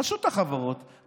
רשות החברות,